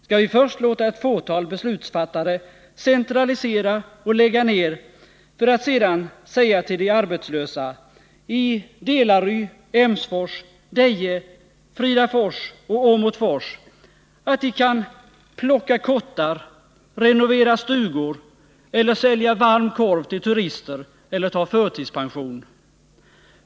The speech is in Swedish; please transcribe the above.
Skall vi först låta ett fåtal beslutsfattare centralisera och lägga ner för att sedan säga till de arbetslösa i Delary, Emsfors, Deje, Fridafors och Åmotfors att de kan plocka kottar, renovera stugor, sälja varm korv till turister eller ta förtidspension?